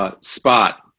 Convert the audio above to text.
spot